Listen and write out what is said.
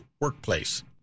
workplace